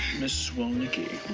miss walnicki. ah.